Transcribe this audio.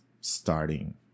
starting